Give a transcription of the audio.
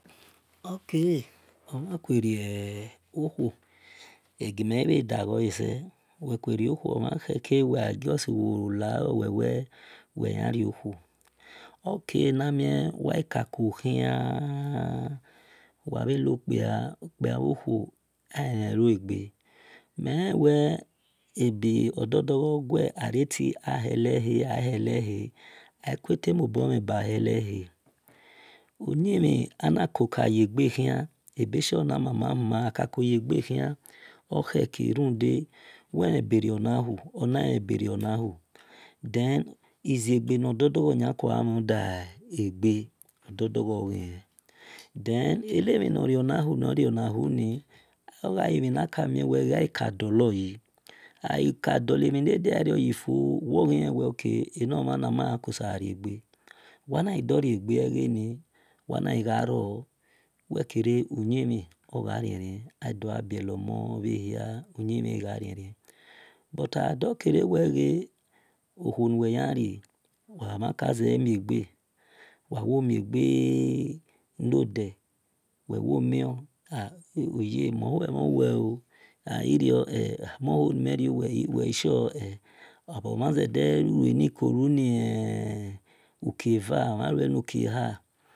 Oke omhan kue rio huo egime bhe do ghole se wek kue rio khuo omhan kheke wel gha jusi lai wel wel wel yan rio khuo oke namie wa ghi ka ko khian ako leluo gbe mel wel ebe no dor ghor gue arietie arie ahelehe ahelehe ahe kuele mobo mhen ba hel lehal uyimuin agha vu ko ye ghe khian okheke ona lebe rio na iziegbe no dogho dogho yan ko gha rie le gbe then enemhi nor riona hu nor rio-nahuni odo-dor dolo yi al ka dolo mhin nor diario yi bhor wor ghi level ok enomhana ma ki ko sabo rie-gbe wana ghi dor rie-gbe egheni wel kere uyimhi oghi gha rie-rie waghi gha bielo mon-bhehia uyi-mhi khi gha rien rien but agha khi do kere wel okuo nu wel yan rie wa mha sede miegbe nuwe wel oye mon hue mhon wel oo monho ni me riu wel owe hel wa mhin zede lue ni kolu lukie va or oki eher